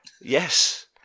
Yes